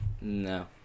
No